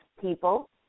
people